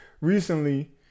recently-